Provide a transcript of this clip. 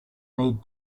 need